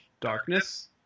darkness